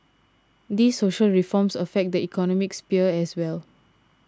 these social reforms affect the economic sphere as well